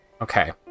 Okay